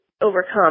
overcome